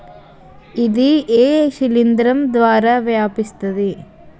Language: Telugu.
ఇది ఏ శిలింద్రం ద్వారా వ్యాపిస్తది?